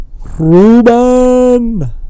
Ruben